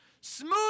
Smooth